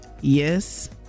yes